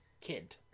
kid